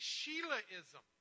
Sheilaism